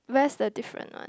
where's the different one